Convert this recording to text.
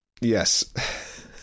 Yes